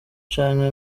canke